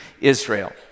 Israel